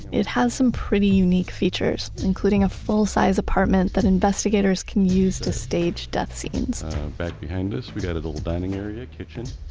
it has some unique features including a full-size apartment that investigators can use to stage death scenes back behind this, we've got an old dining area kitchen.